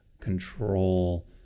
control